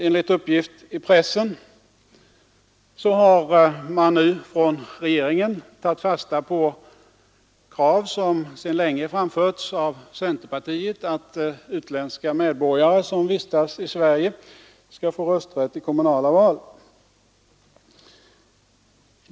Enligt uppgift i pressen har man nu från regeringen tagit fasta på krav som sedan länge framförts av centerpartiet att utländska medborgare som vistas i Sverige skall få rösträtt vid kommunala val.